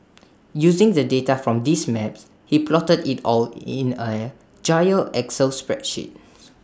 using the data from these maps he plotted IT all in A giant excel spreadsheets